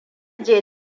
je